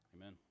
Amen